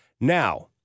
Now